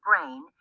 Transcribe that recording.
brain